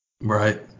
Right